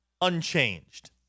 unchanged